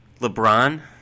LeBron